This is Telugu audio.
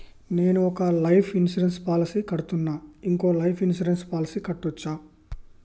నేను ఒక లైఫ్ ఇన్సూరెన్స్ పాలసీ కడ్తున్నా, ఇంకో లైఫ్ ఇన్సూరెన్స్ పాలసీ కట్టొచ్చా?